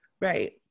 right